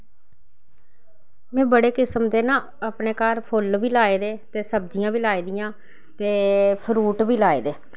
में बड़े किस्म दे ना अपने घर फुल्ल बी लाए दे ते सब्जियां बी लेई दियां ते फ्रूट बी लाए दे